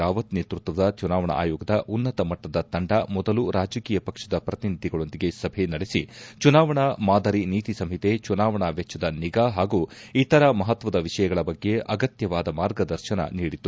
ರಾವತ್ ನೇತೃತ್ವದ ಚುನಾವಣಾ ಆಯೋಗದ ಉನ್ನತ ಮಟ್ಟದ ತಂಡ ಮೊದಲು ರಾಜಕೀಯ ಪಕ್ಷದ ಶ್ರತಿನಿಧಿಗಳೊಂದಿಗೆ ಸಭೆ ನಡೆಸಿ ಚುನಾವಣಾ ಮಾದರಿ ನೀತಿ ಸಂಹಿತೆ ಚುನಾವಣಾ ವೆಚ್ಡದ ನಿಗಾ ಹಾಗೂ ಇತರ ಮಹತ್ವದ ವಿಷಯಗಳ ಬಗ್ಗೆ ಅಗತ್ಯದ ಮಾರ್ಗದರ್ಶನ ನೀಡಿತ್ತು